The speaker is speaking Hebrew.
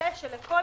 לוודא שלכל